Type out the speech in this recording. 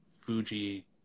Fuji